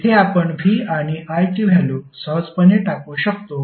येथे आपण V आणि I ची व्हॅल्यु सहजपणे टाकू शकतो